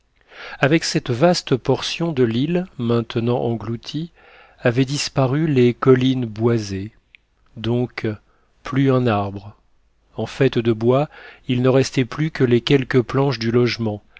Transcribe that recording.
avec cette vaste portion de l'île maintenant engloutie avaient disparu les collines boisées donc plus un arbre en fait de bois il ne restait plus que les quelques planches du logement